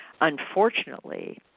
unfortunately